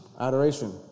adoration